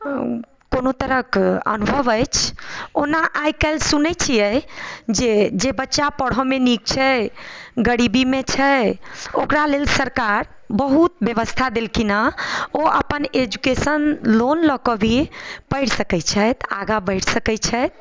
कोनो तरहके अनुभव अछि ओना आइ कल्हि सुनै छिए जे जे बच्चा पढ़ऽमे नीक छै गरीबीमे छै ओकरा लेल सरकार बहुत बेबस्था देलखिन हँ ओ अपन एजुकेशन लोन लऽ कऽ भी पढ़ि सकै छथि आगाँ बढ़ि सकै छथि